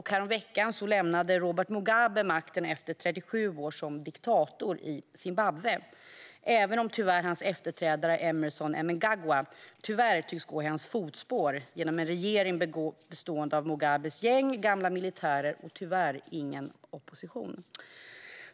Häromveckan lämnade Robert Mugabe makten efter 37 år som diktator i Zimbabwe, även om hans efterträdare Emmerson Mnangagwa tyvärr tycks gå i hans fotspår med en regering bestående av Mugabes gäng och gamla militärer men tyvärr ingen opposition.